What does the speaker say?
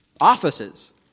offices